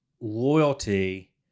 loyalty